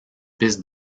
piste